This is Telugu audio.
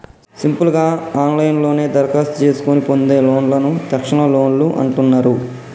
సింపుల్ గా ఆన్లైన్లోనే దరఖాస్తు చేసుకొని పొందే లోన్లను తక్షణలోన్లు అంటున్నరు